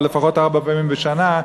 אבל לפחות ארבע פעמים בשנה,